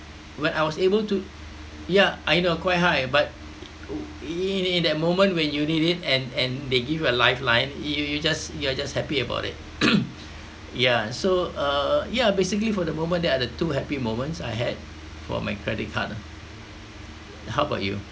when I was able to ya I know quite high but in in that moment when you need it and and they give you a lifeline you you just you are just happy about it yeah so uh ya basically for the moment that are the two happy moments I had for my credit card ah how about you